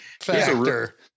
factor